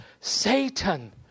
Satan